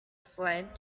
fled